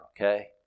okay